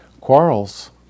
Quarrels